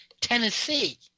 Tennessee